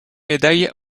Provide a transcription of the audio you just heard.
médailles